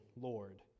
Lord